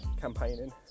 campaigning